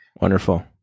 Wonderful